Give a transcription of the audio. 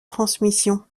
transmission